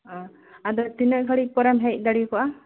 ᱦᱮᱸ ᱟᱫᱚ ᱛᱤᱱᱟᱹᱜ ᱜᱷᱟᱹᱲᱤᱡ ᱯᱚᱨᱮᱢ ᱦᱮᱡ ᱫᱟᱲᱮ ᱠᱚᱜᱼᱟ